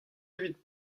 evit